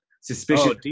suspicious